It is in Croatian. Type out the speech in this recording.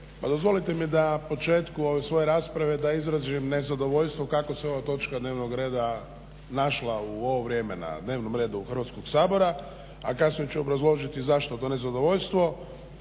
dozvolite mi da na početku ove svoje rasprave da izrazim nezadovoljstvo kako se ova točka dnevnog reda našla u ovo vrijeme na dnevnom redu Hrvatskog sabora, a kasnije ću obrazložiti zašto to nezadovoljstvo.